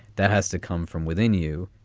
that has to come from within you,